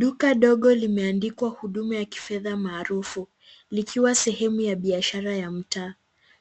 Duka dogo lime andikwa huduma ya kifedha maarufu, likiwa sehemu ya biashara ya mtaa.